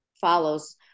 follows